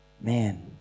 Man